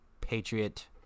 Patriot